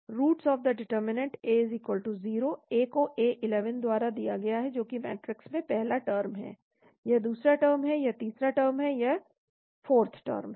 Roots of the determinant A0 A को a11 द्वारा दिया गया है जो कि मैट्रिक्स में पहला टर्म है यह दूसरा टर्म है यह तीसरा टर्म है यह 4th टर्म है